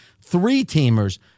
three-teamers